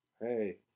hey